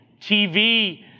TV